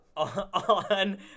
on